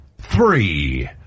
three